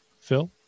phil